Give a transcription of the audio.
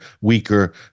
weaker